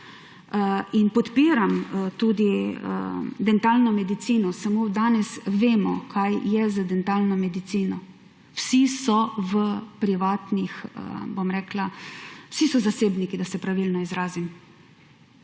in podpiram tudi dentalno medicino. Samo danes vemo, kaj je z dentalno medicino. Vsi so v privatnih …, vsi so zasebniki, da se pravilno izrazim;